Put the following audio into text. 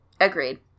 Agreed